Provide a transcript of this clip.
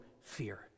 fear